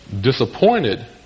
disappointed